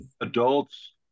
Adults